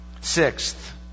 Sixth